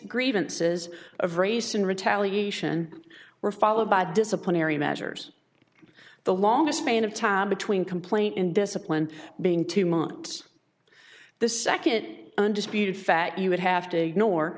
grievances of race and retaliation were followed by disciplinary measures the longest period of time between complaint indiscipline being two months the second it undisputed fact you would have to ignore